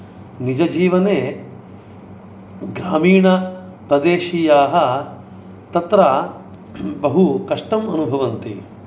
निजजीवने ग्रामीणप्रदेशीयाः तत्र बहु कष्टम् अनुभवन्ति